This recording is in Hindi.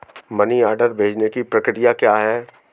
मनी ऑर्डर भेजने की प्रक्रिया क्या है?